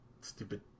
stupid